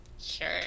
sure